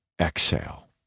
exhale